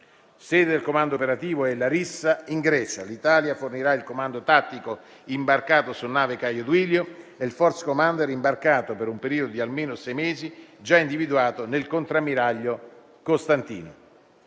Sede del comando operativo è Larissa in Grecia. L'Italia fornirà il comando tattico imbarcato su nave Caio Duilio e il *force* *commander* imbarcato per un periodo di almeno sei mesi, già individuato nel contrammiraglio Costantino.